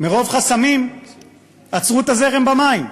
מרוב חסמים עצרו את זרם המים.